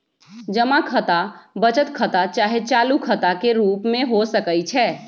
जमा खता बचत खता चाहे चालू खता के रूप में हो सकइ छै